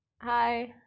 Hi